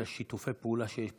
את שיתופי הפעולה שיש פה,